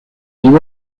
llevó